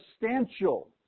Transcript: substantial